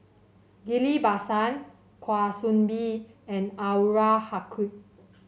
Ghillie Basan Kwa Soon Bee and Anwarul Haque